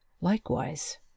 Likewise